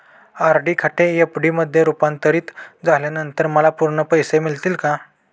RD खाते FD मध्ये रुपांतरित झाल्यानंतर मला पूर्ण पैसे मिळतील का?